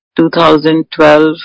2012